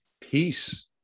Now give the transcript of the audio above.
peace